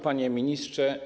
Panie Ministrze!